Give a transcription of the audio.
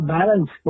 Balance